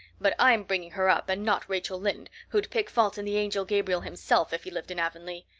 but i'm bringing her up and not rachel lynde, who'd pick faults in the angel gabriel himself if he lived in avonlea.